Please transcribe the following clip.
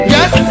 Yes